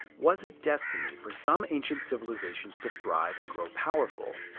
was it destiny for some ancient civilizations to thrive and grow powerful,